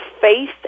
faith